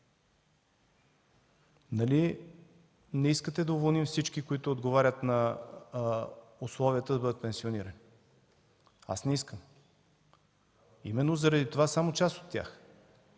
не искате да уволним всички, които отговарят на условията, да бъдат пенсионирани? Аз не искам, именно заради това само част от тях.